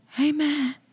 Amen